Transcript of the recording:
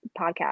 podcast